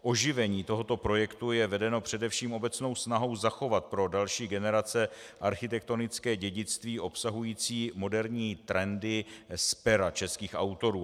Oživení tohoto projektu je vedeno především obecnou snahou zachovat pro další generace architektonické dědictví obsahují moderní trendy z pera českých autorů.